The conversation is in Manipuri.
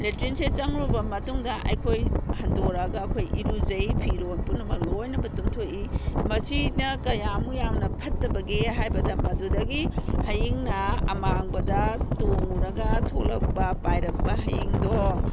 ꯂꯦꯇ꯭ꯔꯤꯟꯁꯦ ꯆꯪꯉꯨꯔꯕ ꯃꯇꯨꯡꯗ ꯑꯩꯈꯣꯏ ꯍꯟꯇꯣꯔꯛꯑꯒ ꯑꯩꯈꯣꯏ ꯏꯔꯨꯖꯩ ꯐꯤꯔꯣꯟ ꯄꯨꯝꯅꯃꯛ ꯂꯣꯏꯅꯕꯛ ꯇꯨꯝꯊꯣꯛꯏ ꯃꯁꯤꯅ ꯀꯌꯥꯃꯨꯛ ꯌꯥꯝꯅ ꯐꯠꯇꯕꯒꯦ ꯍꯥꯏꯕꯗ ꯃꯗꯨꯗꯒꯤ ꯍꯌꯤꯡꯅ ꯑꯃꯥꯡꯕꯗ ꯇꯣꯡꯉꯨꯔꯒ ꯊꯣꯛꯂꯛꯄ ꯄꯥꯏꯔꯛꯄ ꯍꯌꯤꯡꯗꯣ